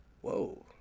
Whoa